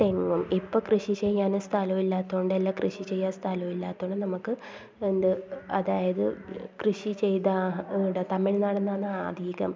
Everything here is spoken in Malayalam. തെങ്ങും ഇപ്പം കൃഷി ചെയ്യാൻ സ്ഥലം ഇല്ലാത്തതുകൊണ്ടല്ലേ കൃഷി ചെയ്യാൻ സ്ഥലം ഇല്ലാത്തതുകൊണ്ട് നമുക്ക് എന്ത് അതായത് കൃഷി ചെയ്താൽ ആ ഇവിടെ തമിഴ് നാടിൽ നിന്നാണ് അധികം